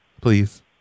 Please